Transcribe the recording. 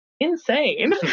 Insane